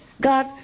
God